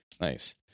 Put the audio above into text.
Nice